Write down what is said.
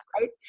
Right